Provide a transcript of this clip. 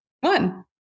one